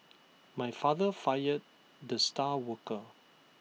my father fired the star worker